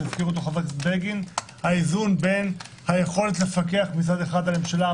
בין היכולת לפקח מצד אחד על הממשלה,